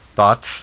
thoughts